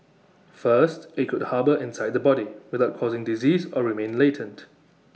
first IT could harbour inside the body without causing disease or remain latent